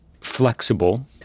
flexible